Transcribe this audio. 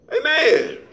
Amen